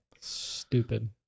Stupid